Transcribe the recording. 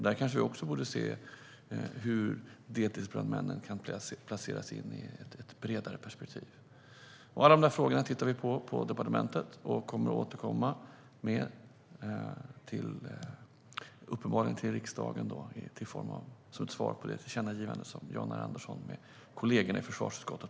Där kanske vi också borde se på hur deltidsbrandmän kan placeras in i ett bredare perspektiv. Alla de frågorna tittar vi i departementet på, och vi återkommer till riksdagen, uppenbarligen som ett svar på det tillkännagivande som Jan R Andersson planerar tillsammans med kollegorna i försvarsutskottet.